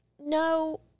no